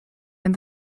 and